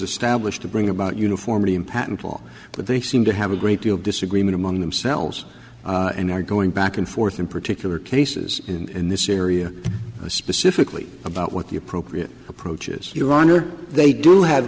a stablish to bring about uniformity in patent law but they seem to have a great deal of disagreement among themselves and are going back and forth in particular cases in this area specifically about what the appropriate approach is your honor they do have